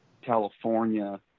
california